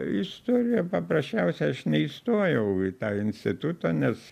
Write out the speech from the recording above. istorija paprasčiausia aš neįstojau į tą institutą nes